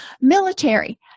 Military